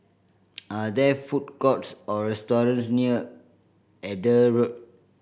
are there food courts or restaurant near Eber Road